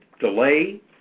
delay